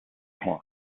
horn